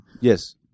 yes